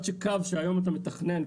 עד שקו שהיום אתה מתכנן,